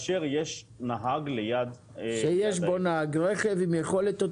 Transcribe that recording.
כשיש לו את היכולת לנסוע כאשר יש נהג רכב.